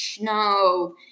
no